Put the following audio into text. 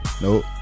Nope